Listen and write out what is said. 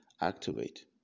Activate